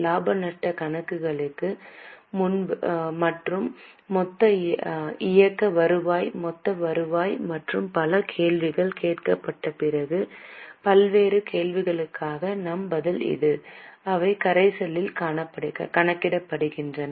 இலாப நட்டக் கணக்கு மற்றும் மொத்த இயக்க வருவாய் மொத்த வருவாய் மற்றும் பல கேள்விகள் கேட்கப்பட்ட பல்வேறு கேள்விகளுக்கான நம் பதில் இது அவை கரைசலில் கணக்கிடப்பட்டன